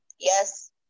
yes